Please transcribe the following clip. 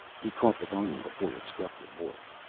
he caught the volume before it struck the wharf.